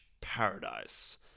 paradise